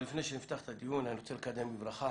לפני שנפתח את הדיון אני רוצה לקדם בברכה